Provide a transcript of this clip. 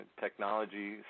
technology